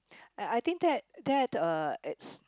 I I think there there's a is